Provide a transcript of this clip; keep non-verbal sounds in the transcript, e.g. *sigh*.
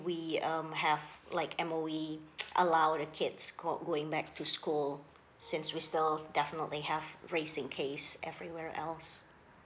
we um have like M_O_E *noise* allow the kids start going back to school since we still definitely have raising case everywhere else